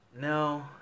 No